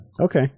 Okay